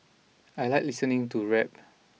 I like listening to rap